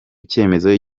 cyemezo